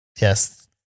Yes